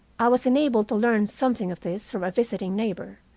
i was enabled to learn something of this visiting neighbor,